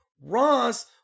Ross